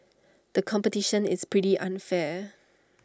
the competition is pretty unfair